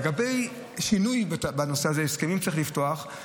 לגבי שינוי בנושא הזה, הסכמים צריך לפתוח.